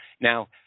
Now